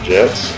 Jets